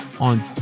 on